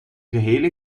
gehele